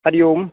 Hari Om